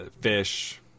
fish